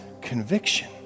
conviction